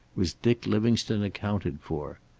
was dick livingstone accounted for.